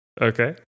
Okay